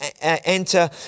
enter